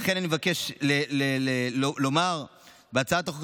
לכן, אני מבקש לומר שהצעת החוק